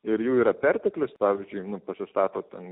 ir jų yra perteklius pavyzdžiui pasistatot ant